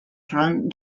front